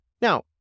Now